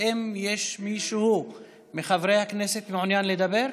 האם יש מישהו מחברי הכנסת שמעוניין לדבר?